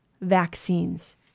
Vaccines